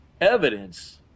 evidence